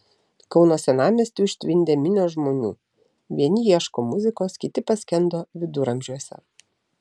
kauno senamiestį užtvindė minios žmonių vieni ieško muzikos kiti paskendo viduramžiuose